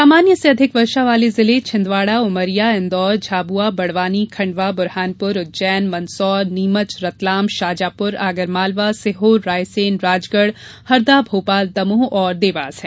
सामान्य से अधिक वर्षा वाले जिले छिंदवाड़ा उमरिया इंदौर झाबुआ बड़वानी खण्डवा बुरहानपुर उज्जैन मंदसौर नीमच रतलाम शाजापुर आगर मालवा सीहोर रायसेन राजगढ़ हरदा भोपाल दमोह और देवास हैं